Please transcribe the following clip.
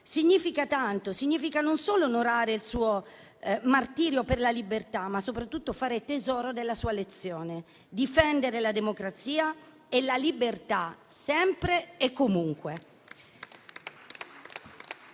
significa tanto: significa non solo onorare il suo martirio per la libertà, ma soprattutto fare tesoro della sua lezione, difendere la democrazia e la libertà sempre e comunque.